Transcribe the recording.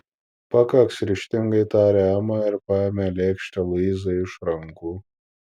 pakaks ryžtingai tarė ema ir paėmė lėkštę luizai iš rankų